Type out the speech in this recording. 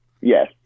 Yes